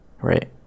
right